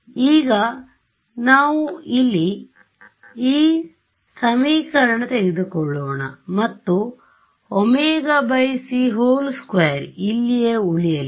ಈಗ ನಾವು ಇಲ್ಲಿ ಈ ಸಮೀಕರಣತೆಗೆದುಕೊಳ್ಳೋಣ ಮತ್ತು ωc2ಇಲ್ಲಿಯೇ ಉಳಿಯಲಿದೆ